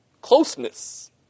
closeness